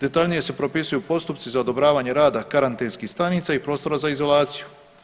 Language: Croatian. Detaljnije se propisuju postupci za odobravanje rada karantenskih stanica i prostora za izolaciju.